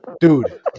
Dude